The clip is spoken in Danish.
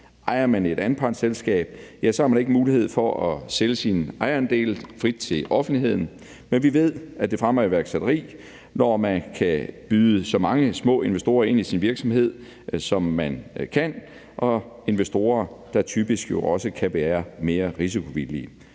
Ejer man et anpartsselskab, har man ikke mulighed for at sælge sine ejerandele frit til offentligheden, men vi ved, at det fremmer iværksætteri, når man kan byde så mange små investorer ind i sin virksomhed, som man kan, og investorer, der typisk jo også kan være mere risikovillige.